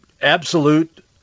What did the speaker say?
absolute